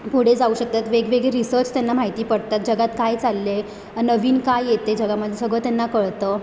पुढे जाऊ शकतात वेगवेगळे रिसर्च त्यांना माहिती पडतात जगात काय चालले आहे नवीन काय येते जगामध्ये सगळं त्यांना कळतं